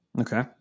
Okay